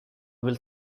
will